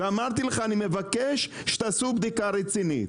אמרתי לך שאני מבקש שתעשו בדיקה רצינית.